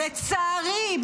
לצערי,